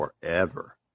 forever